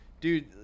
dude